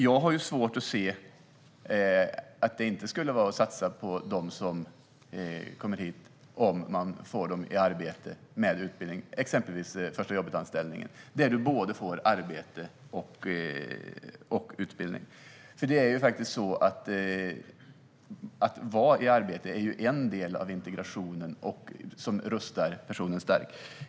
Jag har svårt att se att det inte skulle vara att satsa på dem som kommer hit om man fick dem i arbete med utbildning - exempelvis förstajobbetanställningen, där du får både arbete och utbildning. Att vara i arbete är en del av integrationen och något som rustar personen.